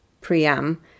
Priam